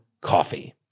coffee